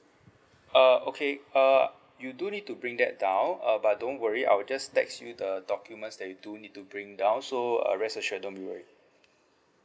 err okay err you do need to bring that down uh but don't worry I will just text you the documents that you do need to bring down so uh rest assured don't be worry